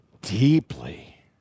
deeply